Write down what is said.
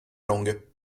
langue